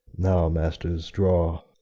now, masters, draw.